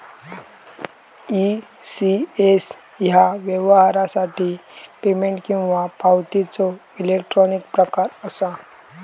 ECS ह्या व्यवहारासाठी payment किंवा पावतीचो इलेक्ट्रॉनिक प्रकार असा